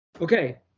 Okay